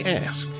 ask